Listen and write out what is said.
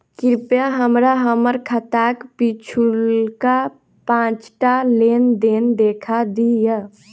कृपया हमरा हम्मर खाताक पिछुलका पाँचटा लेन देन देखा दियऽ